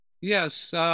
Yes